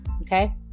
okay